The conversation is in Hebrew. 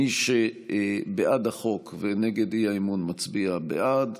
מי שבעד החוק ונגד האי-אמון מצביע בעד,